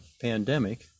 pandemic